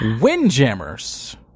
Windjammers